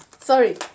Sorry